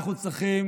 אנחנו צריכים